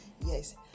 Yes